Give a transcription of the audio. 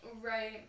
right